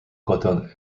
cotton